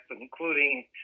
including